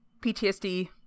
ptsd